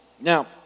Now